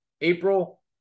April